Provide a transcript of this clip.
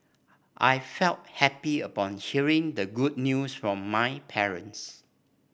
I felt happy upon hearing the good news from my parents